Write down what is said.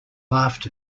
laughed